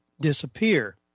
disappear